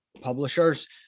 publishers